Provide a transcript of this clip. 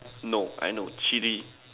no I know chilli